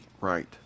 Right